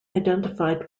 identified